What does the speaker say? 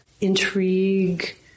intrigue